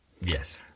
Yes